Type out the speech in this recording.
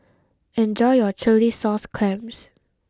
enjoy your Chilli Sauce Clams